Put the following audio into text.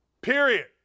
Period